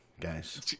guys